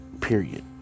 period